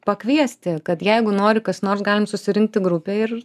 pakviesti kad jeigu nori kas nors galim susirinkti grupę ir